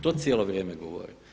To cijelo vrijeme govorim.